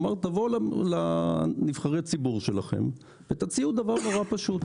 הוא אמר תבואו לנבחרי הציבור שלכם ותציעו דבר נורא פשוט.